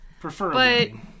Preferably